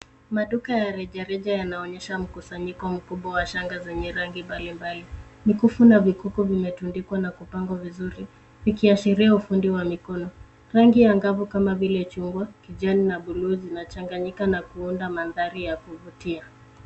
Maduka ya rejareja yanaonyesha mkusanyiko mkubwa wa shanga zenye rangi mbalimbali mkufu na vikuku vimetundikwa na kupangwa vizuri ikiashiria ufundi wa mikono rangi angavu kama vile chungwa, kijani na buluu zinachanganyika na kuunda mandhari ya kuvutia.